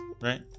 right